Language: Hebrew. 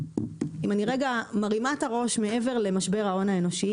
אם אני רגע מרימה את הראש מעבר למשבר ההון האנושי,